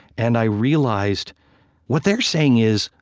and i realized what they're saying is,